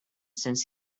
since